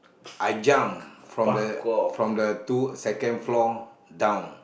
I jump from the from the two second floor down